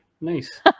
nice